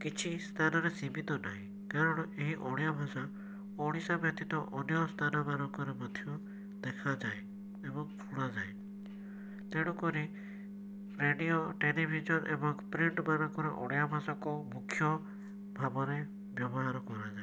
କିଛି ସ୍ଥାନରେ ସୀମିତ ନାହିଁ କାରଣ ଏହି ଓଡ଼ିଆ ଭାଷା ଓଡ଼ିଶା ବ୍ୟତିତ ଅନ୍ୟ ସ୍ଥାନମାନଙ୍କରେ ମଧ୍ୟ ଦେଖାଯାଏ ଏବଂ ଶୁଣାଯାଏ ତେଣୁ କରି ରେଡ଼ିଓ ଟେଲେଭିଜନ ଏବଂ ପ୍ରିଉଟ ମାନଙ୍କର ଓଡ଼ିଆ ଭାଷା କୁ ମୁଖ୍ୟ ଭାବରେ ବ୍ୟବହାର କରାଯାଏ